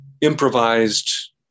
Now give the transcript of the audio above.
improvised